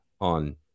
on